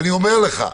ואני אומר לך,